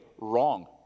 wrong